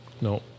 No